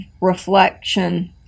reflection